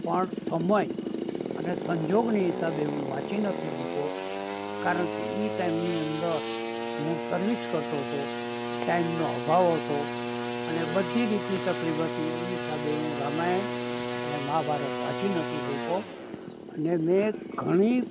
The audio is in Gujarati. પણ સમય અને સંજોગને હિસાબે હું વાંચી નથી શક્યો કારણ કેએ એ ટાઈમની અંદર હું સર્વિસ કરતો તો ટાઈમનો અભાવ હતો અને બધી રીતની તકલીફ હતી એ હિસાબે હું રામાયણ અને મહાભારત વાંચી નથી શક્યો અને મેં ઘણી